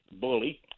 bully